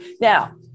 Now